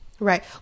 Right